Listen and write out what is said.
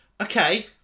Okay